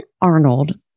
Arnold